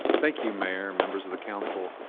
thank you, mayor, members of the council.